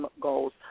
goals